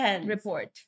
report